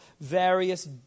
various